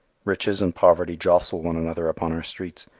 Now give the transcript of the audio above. riches and poverty jostle one another upon our streets.